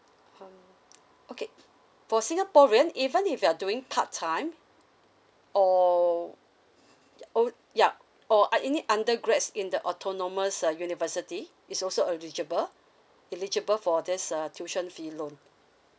uh okay for singaporean even if you're doing part time or y~ oh yup or ah any undergrads in the autonomous uh university is also eligible eligible for this uh tuition fee loan